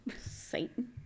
Satan